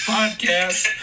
Podcast